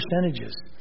percentages